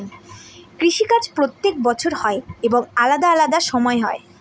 কৃষি কাজ প্রত্যেক বছর হয় এবং আলাদা আলাদা সময় হয়